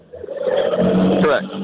Correct